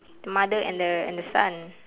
the mother and the and the son